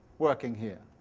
working here.